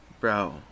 Bro